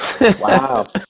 Wow